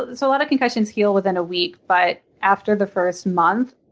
and so a lot of concussions heal within a week. but after the first month,